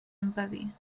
impedir